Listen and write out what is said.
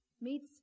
meets